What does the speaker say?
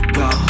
go